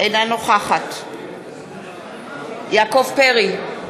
אינה נוכחת יעקב פרי,